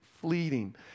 fleeting